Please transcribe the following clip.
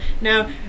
Now